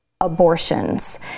abortions